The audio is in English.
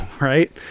right